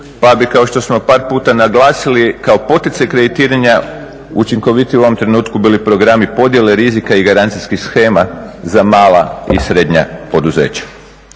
pa bi kao što smo par puta naglasili kao poticaj kreditiranja učinkovitije u ovom trenutku bili programi podjele rizika i garancijskih shema za mala i srednja poduzeća.